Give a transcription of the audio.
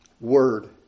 word